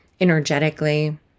energetically